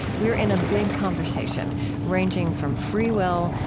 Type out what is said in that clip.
we're in a big conversation ranging from free will,